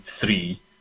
three